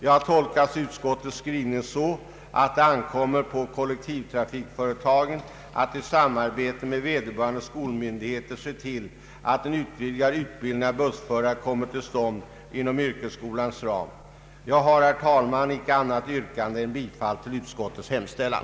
Jag har tolkat utskottets skrivning så, att det nu ankommer på kollektivtrafikföretagen att i samarbete med vederbörande skolmyndigheter se till att en utvidgad utbildning av bussförare kommer till stånd inom yrkesskolans ram. Jag har, herr talman, inget annat yrkande än bifall till utskottets hemställan.